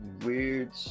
weird